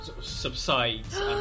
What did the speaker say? subsides